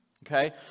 Okay